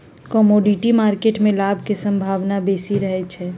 commodity market में लाभ के संभावना बेशी रहइ छै